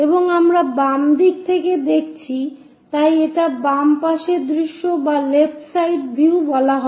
এবং আমরা বাম দিক থেকে দেখছি তাই এটাকে বাম পাশের দৃশ্য বলা হয়